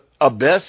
abyss